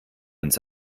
ins